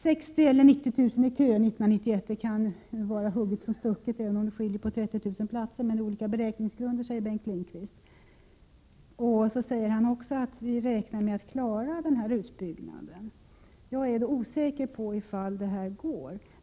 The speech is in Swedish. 60 000 eller 90 000i kö 1991 — det kan vara hugget som stucket även om det skiljer på 30 000 platser, men det är olika beräkningsgrunder, säger Bengt Lindqvist. Han säger också att ”vi räknar med att klara den här utbyggnaden”. Jag finner det osäkert om detta går.